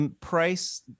price